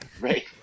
Right